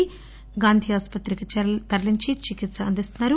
అతడిని గాంధీ ఆస్సత్రికి తరలించి చికిత్స అందిస్తున్నారు